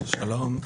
שלום,